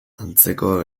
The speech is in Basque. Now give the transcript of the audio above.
antzekoa